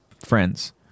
friends